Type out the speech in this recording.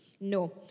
No